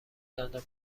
دندان